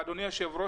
ואדוני היו"ר,